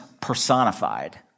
personified